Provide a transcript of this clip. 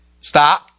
Stop